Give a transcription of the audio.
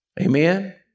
Amen